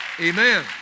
Amen